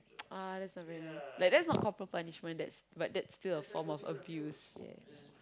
ah that's not very nice like that's not corporal punishment that's but that's still a form of abuse yes